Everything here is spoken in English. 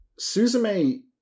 Suzume